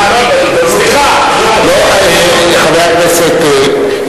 חבר הכנסת,